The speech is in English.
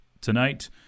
tonight